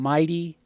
Mighty